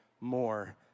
more